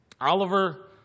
Oliver